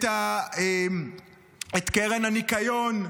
את קרן הניקיון,